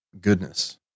goodness